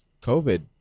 COVID